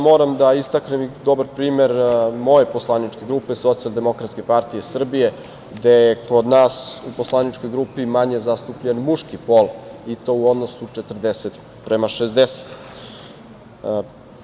Moram da istaknem i dobar primer moje poslaničke grupe Socijaldemokratske partije Srbije, gde je kod nas u poslaničkoj grupi manje zastupljen muški pol, i to u odnosu 40 prema 60.